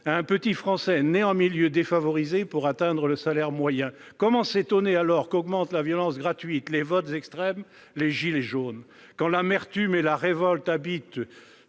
un petit Français né en milieu défavorisé pour atteindre le salaire moyen. Comment s'étonner, dès lors, qu'augmentent la violence gratuite, les votes extrêmes, les « gilets jaunes »? Quand l'amertume et la révolte habitent